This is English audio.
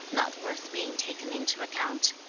not worth being taken into account